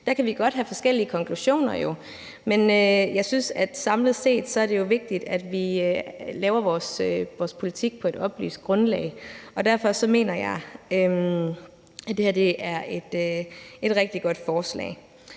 Der kan vi godt have forskellige konklusioner, men jeg synes, at samlet set er det vigtigt, at vi laver vores politik på et oplyst grundlag. Derfor mener jeg, at det her er et rigtig godt forslag.